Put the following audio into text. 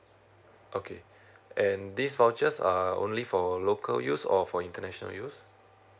okay and this vouchers are only for local use or for international use